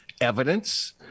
evidence